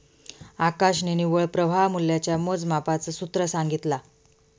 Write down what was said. आकाशने निव्वळ प्रवाह मूल्याच्या मोजमापाच सूत्र सांगितला